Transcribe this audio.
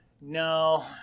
No